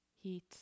heat